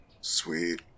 Sweet